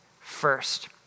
First